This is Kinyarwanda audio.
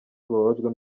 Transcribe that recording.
tubabajwe